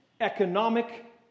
economic